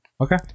Okay